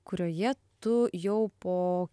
kurioje tu jau po